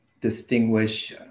distinguish